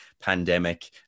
pandemic